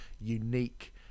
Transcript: unique